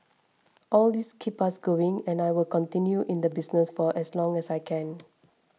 all these keep us going and I will continue in the business for as long as I can